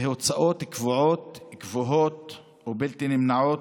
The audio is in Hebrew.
והוצאות גבוהות ובלתי נמנעות: